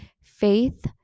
faith